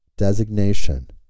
designation